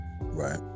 right